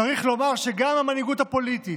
צריך לומר שגם המנהיגות הפוליטית,